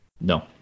No